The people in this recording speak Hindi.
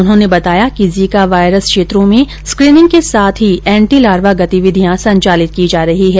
उन्होंने बताया कि जीका वायरस क्षेत्रों में स्क्रीनिंग के साथ ही एंटीलार्वा गतिविधियां संचालित की जा रही है